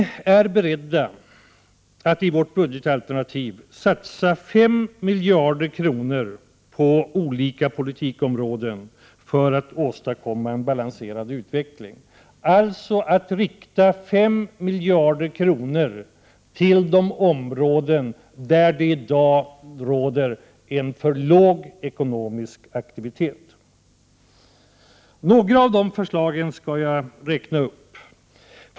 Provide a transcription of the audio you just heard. Centerpartiet är berett att i sitt budgetalternativ satsa 5 miljarder kronor på olika politikområden för att åstadkomma en balanserad utveckling, dvs. att satsa 5 miljarder kronor på de områden där det i dag råder en för låg ekonomisk aktivitet. Några av dessa förslag skall jag räkna upp.